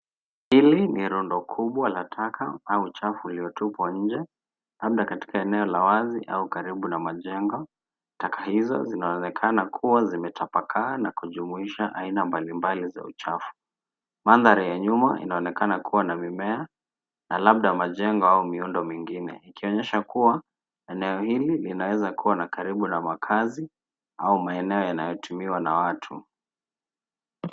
Hili ni rundo kubwa la taka au uchafu uliotupwa nje, labda katika eneo la wazi au karibu na majengo. Taka hizo zinaonekana kuwa zimetapakaa na kujumuisha aina mbalimbali za uchafu. Mandhari ya nyuma inaonekana kuwa na mimea na labda majengo au miundo mingine, ikionyesha kuwa eneo hili linaweza kuwa na karibu na makazi au maeneo yanayotumiwa na watu.